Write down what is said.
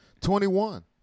Twenty-one